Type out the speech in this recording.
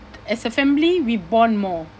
as a family we bond more